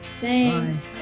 Thanks